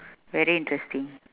very interesting